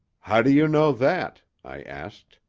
how do you know that? i asked.